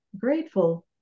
grateful